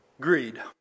greed